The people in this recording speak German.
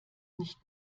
nicht